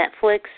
Netflix